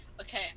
Okay